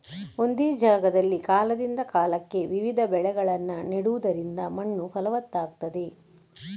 ಒಂದೇ ಜಾಗದಲ್ಲಿ ಕಾಲದಿಂದ ಕಾಲಕ್ಕೆ ವಿವಿಧ ಬೆಳೆಗಳನ್ನ ನೆಡುದರಿಂದ ಮಣ್ಣು ಫಲವತ್ತಾಗ್ತದೆ